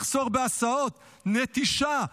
מחסור בהסעות, נטישה.